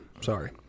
sorry